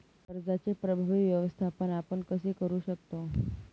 कर्जाचे प्रभावी व्यवस्थापन आपण कसे करु शकतो?